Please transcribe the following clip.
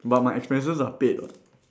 but my expenses are paid [what]